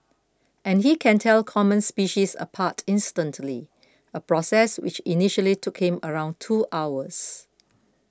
and he can tell common species apart instantly a process which initially took him around two hours